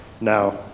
Now